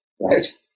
right